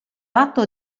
atto